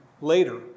later